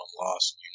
loss